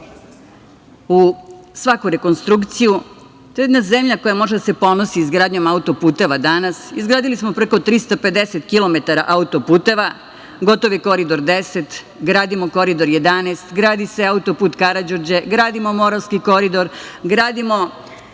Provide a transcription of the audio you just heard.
u svaku rekonstrukciju. To je jedna zemlja koja može da se ponosi izgradnjom auto-puteva danas. Izgradili smo preko 350 kilometara autoputeva, gotov je Koridor 10, gradimo Koridor 11, gradi se auto-put „Karađorđe“, gradimo Moravski koridor, gradimo